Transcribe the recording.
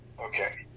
Okay